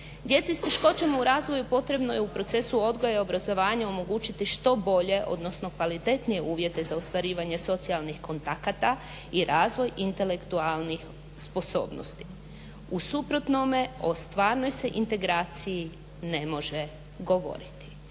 Djeci s teškoćama u razvoju potrebno je u procesu odgoja i obrazovanja omogućiti što bolje odnosno kvalitetnije uvjete za ostvarivanje socijalnih kontakata i razvoj intelektualnih sposobnosti. U suprotnome o stvarnoj se integraciji ne može govoriti.